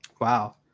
Wow